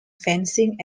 fencing